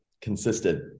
consistent